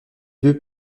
deux